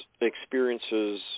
experiences